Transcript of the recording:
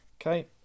Okay